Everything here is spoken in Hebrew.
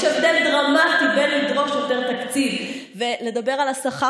יש הבדל דרמטי בין לדרוש יותר תקציב ולדבר על השכר